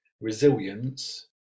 resilience